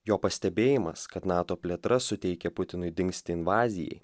jo pastebėjimas kad nato plėtra suteikė putinui dingstį invazijai